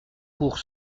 pour